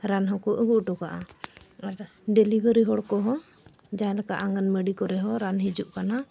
ᱨᱟᱱ ᱦᱚᱸᱠᱚ ᱟᱹᱜᱩ ᱦᱚᱴᱚ ᱠᱟᱜᱼᱟ ᱟᱨ ᱰᱮᱞᱤᱵᱷᱟᱨᱤ ᱦᱚᱲ ᱠᱚᱦᱚᱸ ᱡᱟᱦᱟᱸ ᱞᱮᱠᱟ ᱟᱸᱜᱟᱱᱵᱟᱲᱤ ᱠᱚᱨᱮ ᱦᱚᱸ ᱨᱟᱱ ᱦᱤᱡᱩᱜ ᱠᱟᱱᱟ